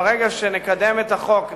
ברגע שנקדם את החוק,